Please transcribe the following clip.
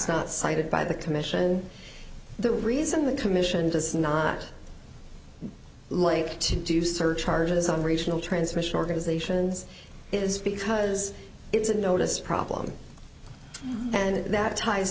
not cited by the commission the reason the commission does not like to do surcharges on regional transmission organizations is because it's a notice problem and that ties